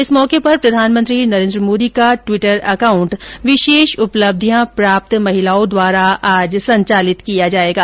इस मौके पर प्रधानमंत्री नरेन्द्र मोदी का टिवटर अकांउट विशेष उपलब्धियां प्राप्त महिलाओं द्वारा संचालित किया जाएगा